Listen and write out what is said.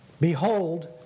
Behold